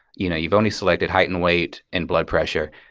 you know you've only selected height and weight and blood pressure.